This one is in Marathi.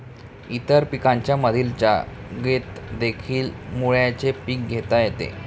इतर पिकांच्या मधील जागेतदेखील मुळ्याचे पीक घेता येते